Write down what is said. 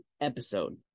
episode